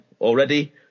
already